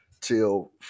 till